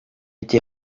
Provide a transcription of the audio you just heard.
été